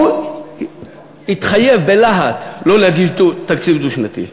הוא התחייב בלהט לא להגיש תקציב דו-שנתי.